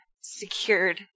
secured